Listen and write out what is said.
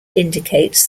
indicates